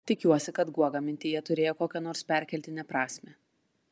tikiuosi kad guoga mintyje turėjo kokią nors perkeltinę prasmę